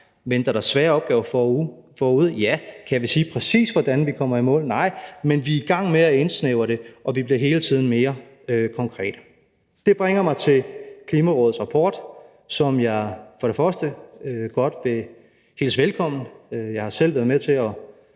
Venter der svære opgaver forude? Ja. Kan vi sige, præcis hvordan vi kommer i mål? Nej. Men vi er i gang med at indsnævre det, og vi bliver hele tiden mere konkrete. Det bringer mig til Klimarådets rapport, som jeg først godt vil hilse velkommen. Jeg har selv været med til at